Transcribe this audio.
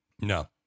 No